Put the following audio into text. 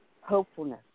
hopefulness